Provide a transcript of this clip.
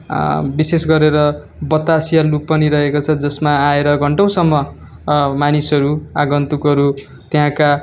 विशेष गरेर बतासीय लुप पनि रहेको छ जसमा आएर घन्टौँसम्म मानिसहरू आगन्तुकहरू त्यहाँका